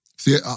See